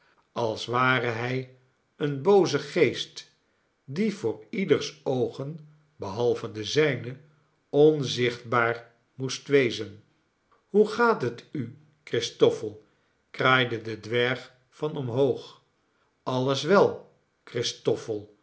als ware hij een booze geest die voor ieders oogen behalve de zijne onzichtbaar moest wezen hoe gaat het u christoffel kraaide de dwerg van omhoog alles wel